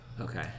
Okay